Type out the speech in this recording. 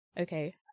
okay